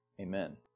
amen